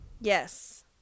yes